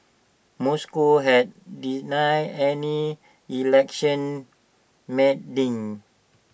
Moscow has denied any election meddling